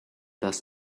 dass